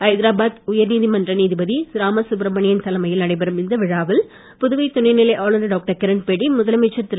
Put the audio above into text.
ஐதராபாத் உயர்நீதிமன்ற நீதிபதி ராமசுப்ரமணியன் தலைமையில் நடைபெறும் இந்த விழாவில் புதுவை துணைநிலை ஆளுநர் டாக்டர் கிரண்பேடி முதலமைச்சர் திரு